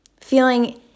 Feeling